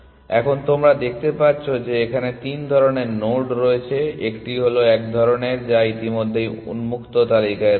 এখন তোমরা দেখতে পাচ্ছ যে এখানে তিন ধরণের নোড রয়েছে একটি হল এক ধরণের যা ইতিমধ্যেই উন্মুক্ত তালিকায় রয়েছে